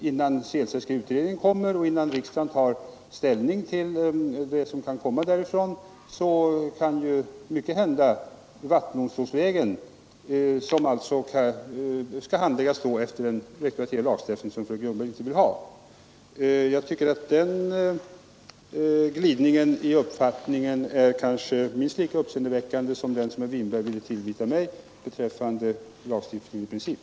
Innan Sehlstedtska utredningens betänkande kommer och innan riksdagen tar ställning till utredningens förslag, kan mycket komma att hända via vattendomstolen på grundval av den retroaktiva lagstiftning som fröken Ljungberg inte vill ha. Den glidningen i uppfattning är minst lika uppseendeväckande som den herr Winberg ville tillvita mig beträffande lagstiftning i princip.